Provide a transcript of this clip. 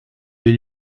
les